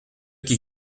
qui